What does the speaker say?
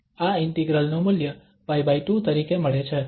આ ઇન્ટિગ્રલ નું મૂલ્ય π2 તરીકે મળે છે